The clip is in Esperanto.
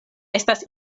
estas